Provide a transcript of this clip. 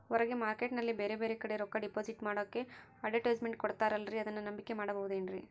ಹೊರಗೆ ಮಾರ್ಕೇಟ್ ನಲ್ಲಿ ಬೇರೆ ಬೇರೆ ಕಡೆ ರೊಕ್ಕ ಡಿಪಾಸಿಟ್ ಮಾಡೋಕೆ ಅಡುಟ್ಯಸ್ ಮೆಂಟ್ ಕೊಡುತ್ತಾರಲ್ರೇ ಅದನ್ನು ನಂಬಿಕೆ ಮಾಡಬಹುದೇನ್ರಿ?